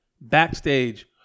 Backstage